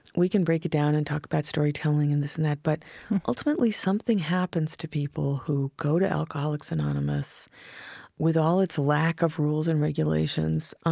we can break it down and talk about storytelling, and this and that, but ultimately something happens to people who go to alcoholics anonymous with all its lack of rules and regulations